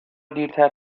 دیرتر